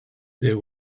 there